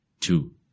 Two